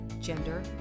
gender